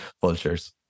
Vultures